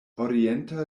orienta